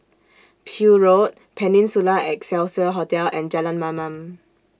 Peel Road Peninsula Excelsior Hotel and Jalan Mamam